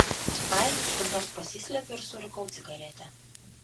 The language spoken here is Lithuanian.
ai kur nors pasislepiu ir surūkau cigaretę